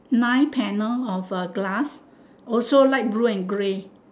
nine panel of uh glass also light blue and grey